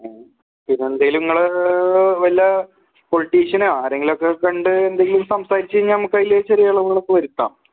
പിന്നെ എന്തേലും നിങ്ങള് വല്ല പൊളിറ്റിഷ്നോ ആരെയെങ്കിലും കൊണ്ട് എങ്കിലും സംസാരിച്ച് കഴിഞ്ഞാൽ നമുക്ക് അതില് ചെറിയ ഇളവുകള് ഒക്കെ വരുത്താം